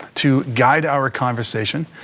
to guide our conversation,